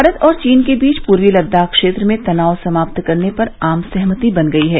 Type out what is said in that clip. भारत और चीन के बीच पूर्वी लद्दाख क्षेत्र में तनाव समाप्त करने पर आम सहमति बन गई है